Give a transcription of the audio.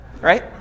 right